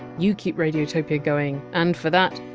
you keep radiotopia going, and for that,